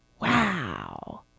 Wow